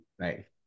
Right